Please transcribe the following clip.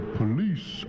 police